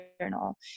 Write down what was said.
journal